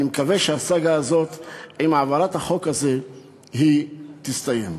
אני מקווה שעם העברת החוק הזה הסאגה הזאת תסתיים.